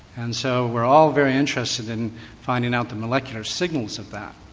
and so we're all very interested in finding out the molecular signals of that.